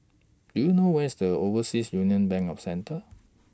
Do YOU know Where IS The Overseas Union Bank of Centre